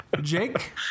Jake